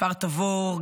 מכפר תבור,